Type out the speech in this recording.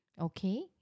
Okay